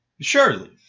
surely